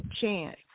chance